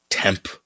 Temp